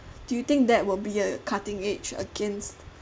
do you think that will be a cutting edge against